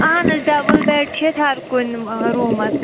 اہن حظ double bed چھِ ییٚتہِ ہَر کُنہِ روٗمَس